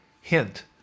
hint